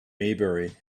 maybury